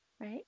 Right